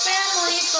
Family